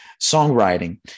songwriting